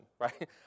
right